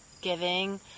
giving